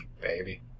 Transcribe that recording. Baby